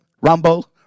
Rumble